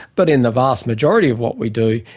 but in the vast majority of what we do,